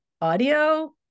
audio